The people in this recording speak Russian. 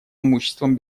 имуществом